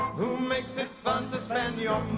who makes it fun to spend your